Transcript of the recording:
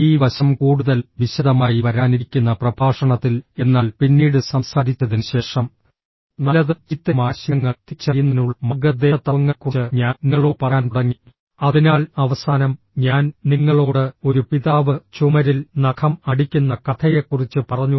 ഈ വശം കൂടുതൽ വിശദമായി വരാനിരിക്കുന്ന പ്രഭാഷണത്തിൽ എന്നാൽ പിന്നീട് സംസാരിച്ചതിന് ശേഷം നല്ലതും ചീത്തയുമായ ശീലങ്ങൾ തിരിച്ചറിയുന്നതിനുള്ള മാർഗ്ഗനിർദ്ദേശ തത്വങ്ങളെക്കുറിച്ച് ഞാൻ നിങ്ങളോട് പറയാൻ തുടങ്ങി അതിനാൽ അവസാനം ഞാൻ നിങ്ങളോട് ഒരു പിതാവ് ചുമരിൽ നഖം അടിക്കുന്ന കഥയെക്കുറിച്ച് പറഞ്ഞു